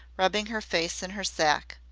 rubbing her face in her sack.